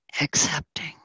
Accepting